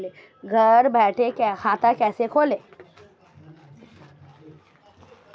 घर बैठे खाता कैसे खोलें?